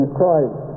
Christ